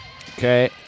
Okay